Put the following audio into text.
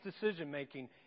decision-making